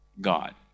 God